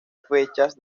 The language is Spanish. fechas